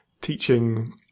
teaching